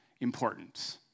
importance